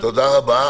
תודה רבה.